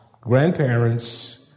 Grandparents